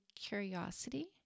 curiosity